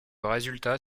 résultat